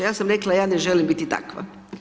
Ja sam rekla, ja ne želim biti takva.